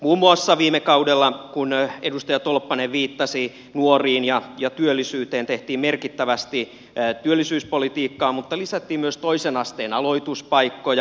muun muassa viime kaudella kun edustaja tolppanen viittasi nuoriin ja työllisyyteen tehtiin merkittävästi työllisyyspolitiikkaa mutta lisättiin myös toisen asteen aloituspaikkoja